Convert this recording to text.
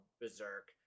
Berserk